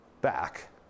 back